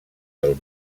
del